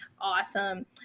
Awesome